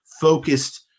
focused